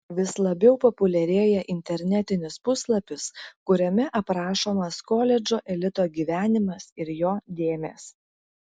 vis labiau populiarėja internetinis puslapis kuriame aprašomas koledžo elito gyvenimas ir jo dėmės